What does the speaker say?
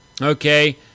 Okay